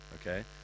okay